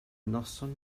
noson